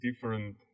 different